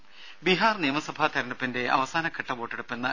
ദേദ ബീഹാർ നിയമസഭാ തിരഞ്ഞെടുപ്പിന്റെ അവസാന ഘട്ട വോട്ടെടുപ്പ് ഇന്ന്